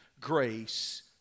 grace